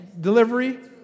delivery